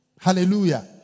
Hallelujah